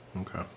Okay